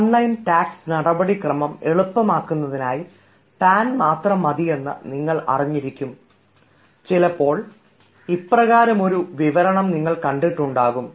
'online tax നടപടിക്രമം എളുപ്പമാക്കുന്നതിനായി PAN മാത്രം മതിയെന്ന് നിങ്ങൾ അറിഞ്ഞിരിക്കണം' ചിലപ്പോൾ ഇപ്രകാരമൊരു വിവരണം നിങ്ങൾ കണ്ടിട്ടുണ്ടാകും